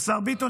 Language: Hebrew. השר ביטון,